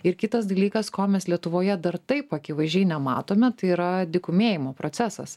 ir kitas dalykas ko mes lietuvoje dar taip akivaizdžiai nematome tai yra dykumėjimo procesas